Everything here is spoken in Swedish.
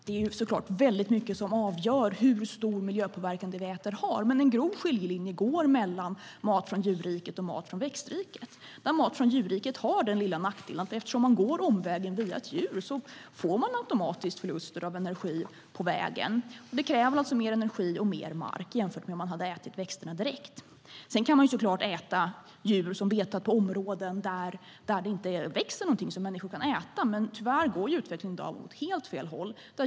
Det är väldigt mycket som avgör hur stor miljöpåverkan det vi äter har. En grov skiljelinje går mellan mat från djurriket och mat från växtriket. Mat från djurriket har den lilla nackdelen att eftersom man går omvägen via ett djur får man automatiskt förluster av energi på vägen. Det kräver mer energi och mer mark jämfört med om man hade ätit växterna direkt. Man kan så klart äta djur som betat på områden där det inte växer någonting som människor kan äta. Men tyvärr går utvecklingen i dag åt helt fel håll.